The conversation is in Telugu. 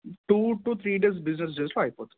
two to three days business చేస్తే అయిపోతుంది